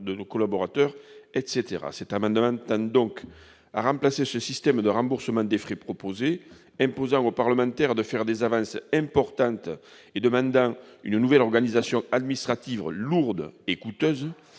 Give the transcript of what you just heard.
de nos collaborateurs, etc. Cet amendement tend donc à remplacer le système proposé de remboursement des frais, qui imposerait aux parlementaires de faire des avances importantes et exigerait la mise en place d'une nouvelle organisation administrative lourde et coûteuse,